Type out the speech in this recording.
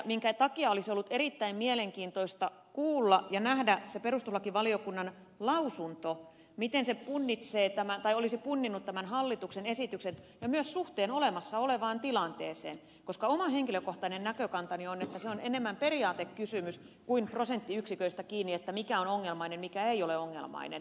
sen takia olisi ollut erittäin mielenkiintoista kuulla ja nähdä se perustuslakivaliokunnan lausunto miten siinä olisi punnittu tämä hallituksen esitys ja myös sen suhde olemassa olevaan tilanteeseen koska oma henkilökohtainen näkökantani on että se on enemmän periaatekysymys kuin prosenttiyksiköistä kiinni mikä on ongelmainen ja mikä ei ole ongelmainen